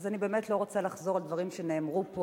אני באמת לא רוצה לחזור על דברים שנאמרו פה.